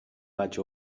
vaig